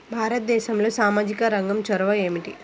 భారతదేశంలో సామాజిక రంగ చొరవ ఏమిటి?